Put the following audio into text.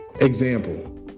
example